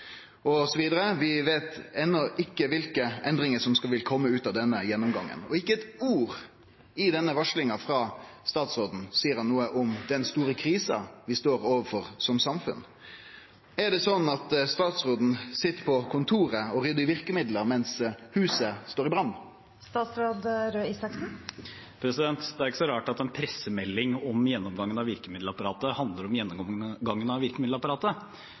vet ennå ikke hvilke endringer som vil komme ut av denne gjennomgangen …». Ikkje med eitt ord i denne varslinga frå statsråden seier han noko om den store krisa vi står overfor som samfunn. Er det slik at statsråden sit på kontoret og ryddar i verkemiddel mens huset står i brann? Det er ikke så rart at en pressemelding om gjennomgangen av virkemiddelapparatet handler om gjennomgangen av virkemiddelapparatet.